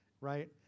Right